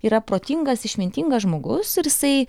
yra protingas išmintingas žmogus ir jisai